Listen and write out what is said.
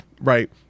right